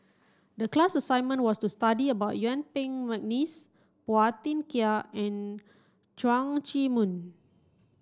the class assignment was to study about Yuen Peng McNeice Phua Thin Kiay and Leong Chee Mun